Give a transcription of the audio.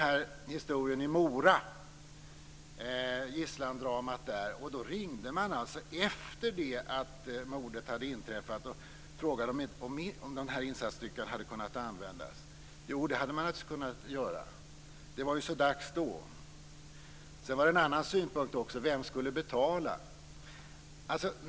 Vid gisslandramat i Mora ringde man efter det att mordet hade inträffat och frågade om denna insatsstyrka hade kunnat användas. Och det hade man naturligtvis kunnat göra. Det var ju så dags då. En annan synpunkt var vem som skulle betala.